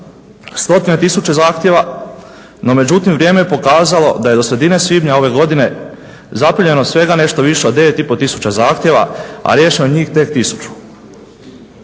stotine tisuće zahtjeva no međutim vrijeme je pokazalo da je do sredine svibnja ove godine zaprimljeno svega nešto više od 9,5 tisuća zahtjeva, a riješeno njih tek tisuću.